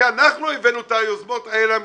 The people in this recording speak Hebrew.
כי אנחנו הבאנו את היוזמות האלה המשותפות.